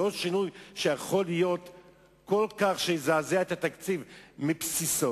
לא שינוי שיזעזע את התקציב מבסיסו,